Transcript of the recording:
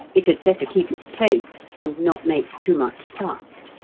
it had better keep its place, and not make too much fuss.